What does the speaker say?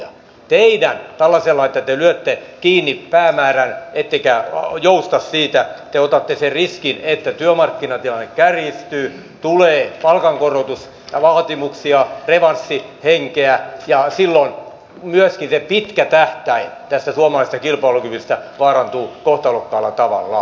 tällaisella että te lyötte kiinni päämäärän ettekä jousta siitä te otatte sen riskin että työmarkkinatilanne kärjistyy tulee palkankorotusvaatimuksia revanssihenkeä ja silloin myöskin se pitkä tähtäin tästä suomalaisesta kilpailukyvystä vaarantuu kohtalokkaalla tavalla